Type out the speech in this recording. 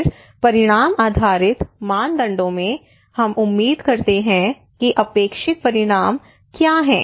फिर परिणाम आधारित मानदंडों में हम उम्मीद करते हैं कि अपेक्षित परिणाम क्या हैं